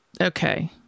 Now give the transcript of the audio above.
Okay